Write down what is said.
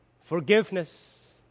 forgiveness